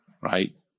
right